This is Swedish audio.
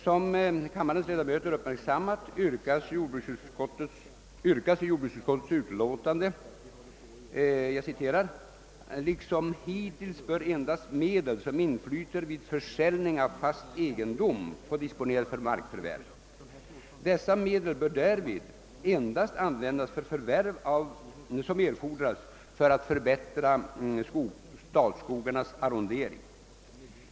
Som kammarens ledamöter uppmärksammat framhålles i jordbruksutskottets utlåtande: »Liksom hit tills bör endast medel som inflyter vid försäljning av fast egendom få disponeras för markförvärv. Dessa medel bör därvid endast användas för förvärv som erfordras för att förbättra statsskogarnas arrondering.